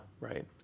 right